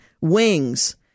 wings